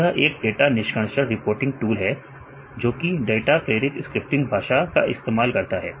तो यह एक डाटा निष्कर्षण रिपोर्टिंग टूल है जोकि डाटा प्रेरित स्क्रिप्टिंग भाषा का इस्तेमाल करता है